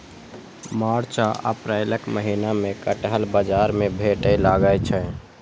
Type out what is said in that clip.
मार्च आ अप्रैलक महीना मे कटहल बाजार मे भेटै लागै छै